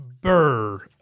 Burr